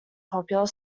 popular